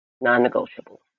Non-negotiable